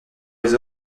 les